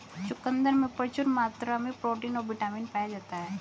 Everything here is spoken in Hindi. चुकंदर में प्रचूर मात्रा में प्रोटीन और बिटामिन पाया जाता ही